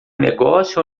negócio